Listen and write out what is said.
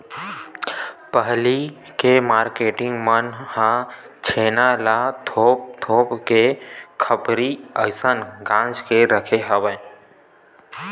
पहिली के मारकेटिंग मन ह छेना ल थोप थोप के खरही असन गांज के रखे राहय